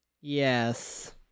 Yes